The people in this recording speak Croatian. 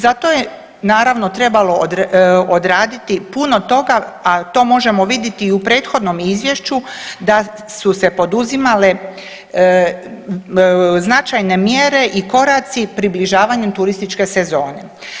Za to je naravno trebalo odraditi puno toga, a to možemo vidjeti i u prethodnom izvješću da su se poduzimale značajne mjere i koraci približavanjem turističke sezone.